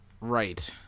Right